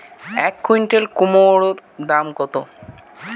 এক কুইন্টাল কুমোড় দাম কত?